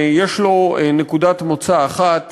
יש לו נקודת מוצא אחת